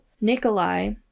Nikolai